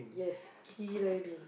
yes ski riding